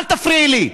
אל תפריעי לי.